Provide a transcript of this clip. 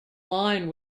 line